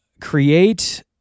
create